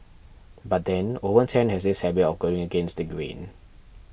but then Owen Tan has this habit of going against the grain